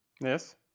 Yes